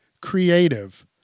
creative